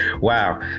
wow